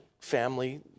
family